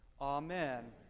Amen